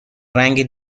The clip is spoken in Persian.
رنگ